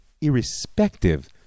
irrespective